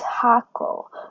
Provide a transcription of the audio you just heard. tackle